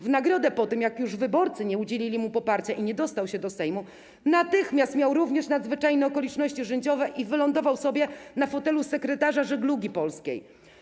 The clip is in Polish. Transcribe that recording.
W nagrodę po tym, jak już wyborcy nie udzielili mu poparcia i nie dostał się do Sejmu, natychmiast miał również nadzwyczajne okoliczności życiowe i wylądował sobie na fotelu sekretarza Żeglugi Polskiej.